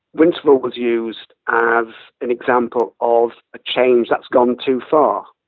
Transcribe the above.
winterval was used as an example of a change that's gone too far,